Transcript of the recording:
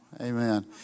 Amen